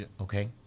Okay